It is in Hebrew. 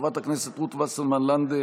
חברת הכנסת רות וסרמן לנדה,